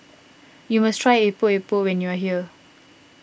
you must try Epok Epok when you are here